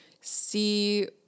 see